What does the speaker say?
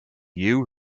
you